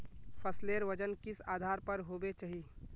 फसलेर वजन किस आधार पर होबे चही?